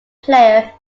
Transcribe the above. player